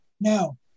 Now